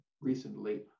recently